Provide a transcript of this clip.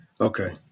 Okay